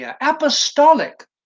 apostolic